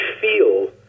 feel